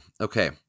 Okay